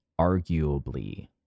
arguably